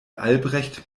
albrecht